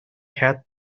had